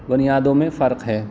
بنیادوں میں فرق ہے